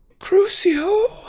Crucio